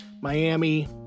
Miami